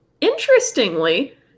Interestingly